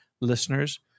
listeners